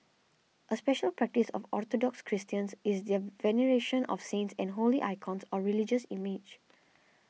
a special practice of Orthodox Christians is their veneration of saints and holy icons or religious images